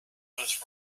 louis